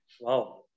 Wow